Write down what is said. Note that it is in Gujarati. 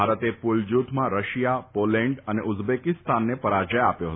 ભારતે પુલ જ્નથમાં રશિયા પોલેન્ડ અને ઉઝબેકિસ્તાનને પરાજય આપ્યો ફતો